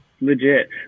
Legit